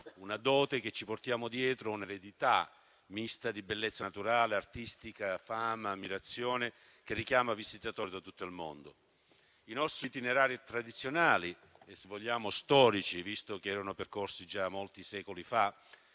una dote che ci portiamo dietro, un'eredità mista di bellezza naturale e artistica che suscita fama e ammirazione e richiama visitatori da tutto il mondo. I nostri itinerari tradizionali e, se vogliamo, storici - erano percorsi già molti secoli fa